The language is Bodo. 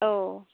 औ